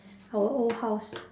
our old house